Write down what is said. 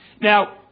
Now